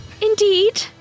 Indeed